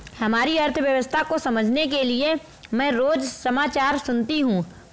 हमारी अर्थव्यवस्था को समझने के लिए मैं रोज समाचार सुनती हूँ